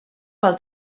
pel